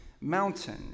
mountain